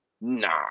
Nah